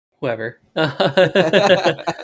whoever